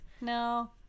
No